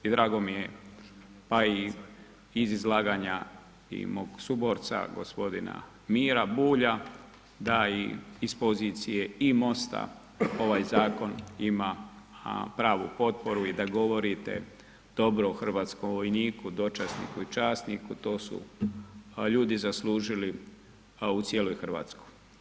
I drago mi je pa i iz izlaganja mog suborca gospodina Mire Bulja da iz pozicije i MOST-a ovaj zakon ima pravu potporu i da govorite dobro o Hrvatskom vojniku, dočasniku i časniku, to su ljudi zaslužili u cijeloj Hrvatskoj.